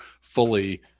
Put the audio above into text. fully